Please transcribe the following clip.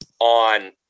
on